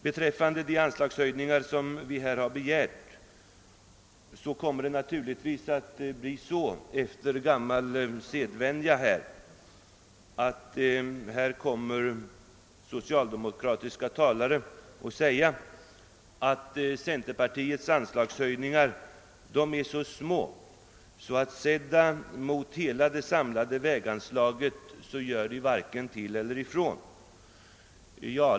Beträffande de anslagshöjningar som vi begärt kommer de socialdemokratiska talarna naturligtvis enligt gammal sedvänja att säga, att centerpartiets förslag till anslagshöjningar är så små att de sedda mot det samlade väganslaget varken gör till eller från.